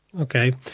Okay